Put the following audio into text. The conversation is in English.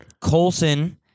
Colson